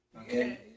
Okay